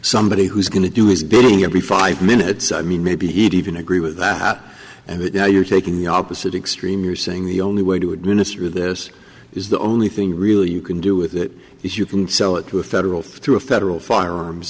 somebody who's going to do his bidding every five minutes i mean maybe even agree with that and now you're taking the opposite extreme you're saying the only way to administer this is the only thing really you can do with it is you can sell it to a federal through a federal firearms